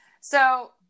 so-